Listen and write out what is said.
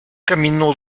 camino